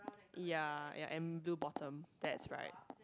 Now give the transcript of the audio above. ya ya and blue bottom that's right